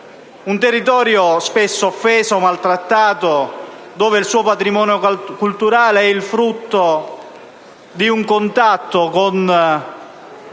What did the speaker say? Un territorio spesso offeso, maltrattato, il cui patrimonio culturale è frutto di un contatto con